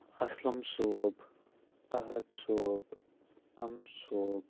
اَسلم صوب احد صوب اَمہٕ صوب